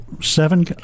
seven